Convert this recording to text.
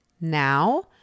now